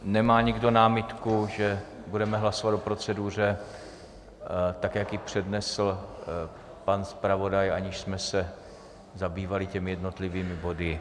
Nemá nikdo námitku, že budeme hlasovat o proceduře tak, jak ji přednesl pan zpravodaj, aniž jsme se zabývali těmi jednotlivými body?